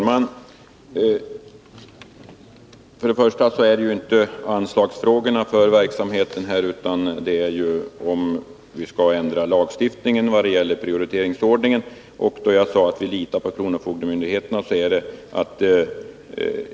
Herr talman! Nu är det ju inte fråga om anslag till verksamheten, utan det gäller om vi skall ändra lagstiftningen vad beträffar prioriteringsordningen.